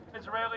Israeli